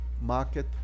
market